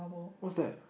what's that